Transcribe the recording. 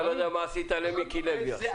אתה לא יודע מה עשית למיקי לוי עכשיו.